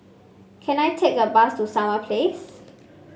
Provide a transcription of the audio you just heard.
can I take a bus to Summer Place